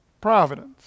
providence